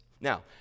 now